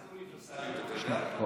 מה זה אוניברסליות, אתה יודע?